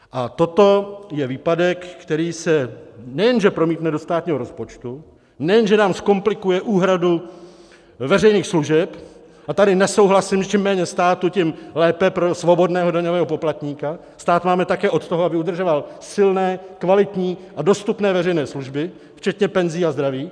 A toto je výpadek, který se nejenže promítne do státního rozpočtu, nejenže nám zkomplikuje úhradu veřejných služeb a tady nesouhlasím, že čím méně státu, tím lépe pro svobodného daňového poplatníka, stát máme také od toho, aby udržoval silné, kvalitní a dostupné veřejné služby, včetně penzí a zdraví.